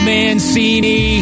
Mancini